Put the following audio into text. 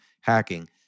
hacking